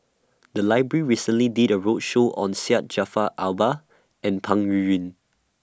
The Library recently did A roadshow on Syed Jaafar Albar and Peng Yuyun